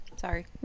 Sorry